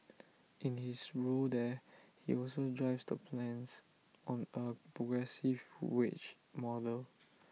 in his role there he also drives the plans on A progressive wage model